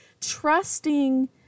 trusting